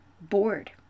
bored